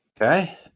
Okay